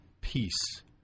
peace